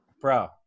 bro